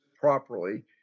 properly